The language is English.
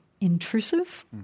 intrusive